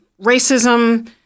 racism